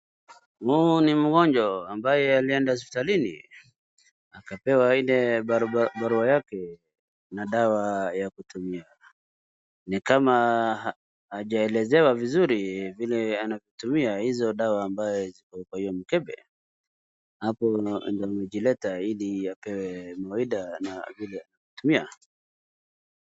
Huu ni mgonjwa ambaye alienda hospitalini akapewa ile barua yake na dawa ya kutumia. Ni kama hajaelezewa vizuri vile atatumia hizo dawa ambazo ziko kwa hiyo mkebe amejileta ili apewe mawaidha vile atatumia